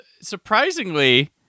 surprisingly